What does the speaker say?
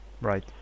Right